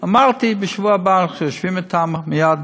אמרתי, בשבוע הבא אנחנו יושבים אתם, ומייד,